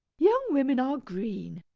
young women are green.